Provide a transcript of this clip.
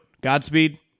godspeed